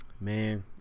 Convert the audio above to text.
Man